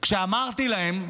אמרתי להם,